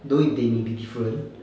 though if they may be different